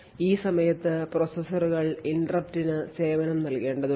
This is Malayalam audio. ഈ സമയത്ത് പ്രോസസ്സറുകൾ ഇന്ററപ്റ്റിന് സേവനം നൽകേണ്ടതുണ്ട്